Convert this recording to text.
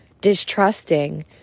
distrusting